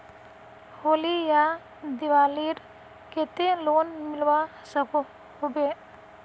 होली या दिवालीर केते लोन मिलवा सकोहो होबे?